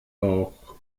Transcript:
bauch